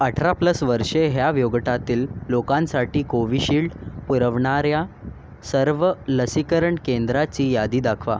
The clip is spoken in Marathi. अठरा प्लस वर्षे ह्या वयोगटातील लोकांसाठी कोविशिल्ड पुरवणाऱ्या सर्व लसीकरण केंद्राची यादी दाखवा